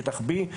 שטח B,